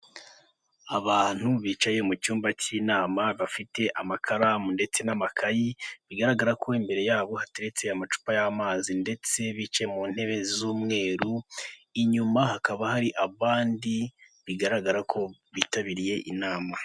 Abantu bicaye mu cyumba cy'inama bafite amakaramu ndetse n'amakayi, bigaragara ko imbere y'abo hateretse amacupa y'amazi ndetse biceye mu ntebe z'umweru, inyuma hakaba hari abandi bigaragara ko bitabiriye inama.